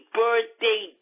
birthday